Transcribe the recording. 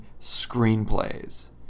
screenplays